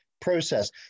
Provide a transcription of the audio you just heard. process